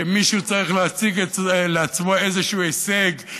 שמישהו צריך להציג לעצמו איזשהו הישג,